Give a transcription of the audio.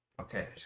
Okay